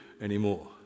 anymore